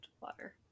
water